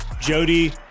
jody